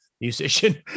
musician